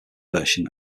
version